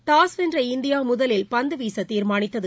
toss வென்ற India முதலில் பந்து வீச தீர்மானித்தது